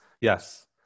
yes